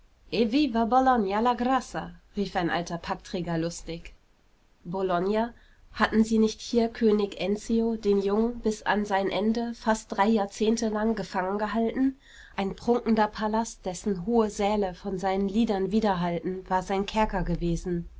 grassa rief ein alter packträger lustig bologna hatten sie nicht hier könig enzio den jungen bis an sein ende fast drei jahrzehnte lang gefangen gehalten ein prunkender palast dessen hohe säle von seinen liedern widerhallten war sein kerker gewesen